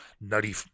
nutty